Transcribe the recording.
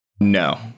No